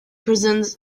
present